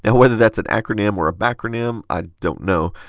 whether thats an acronym or a backronym, i don't know.